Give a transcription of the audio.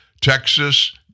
Texas